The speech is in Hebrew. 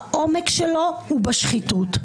העומק שלו הוא בשחיתות.